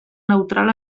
neutral